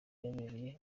yabereye